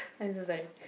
i'm so sorry